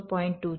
2 છે